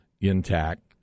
intact